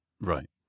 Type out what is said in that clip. Right